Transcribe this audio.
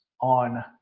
on